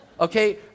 Okay